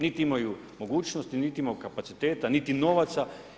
Nit imaju mogućnosti, niti imaju kapaciteta, niti novaca.